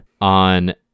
on